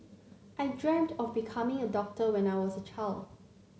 I dreamt of becoming a doctor when I was a child